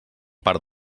part